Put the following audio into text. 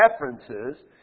references